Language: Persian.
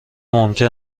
ممکن